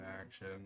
action